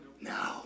No